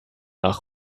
nach